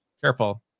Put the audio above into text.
careful